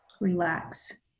relax